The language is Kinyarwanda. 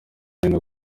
hino